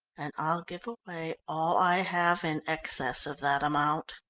and i'll give away all i have in excess of that amount.